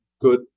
good